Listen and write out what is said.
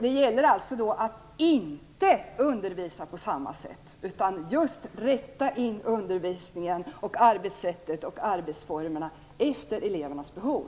Det gäller alltså att inte undervisa alla på samma sätt utan att just rätta undervisningen, arbetssättet och arbetsformerna efter elevernas behov.